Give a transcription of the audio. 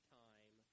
time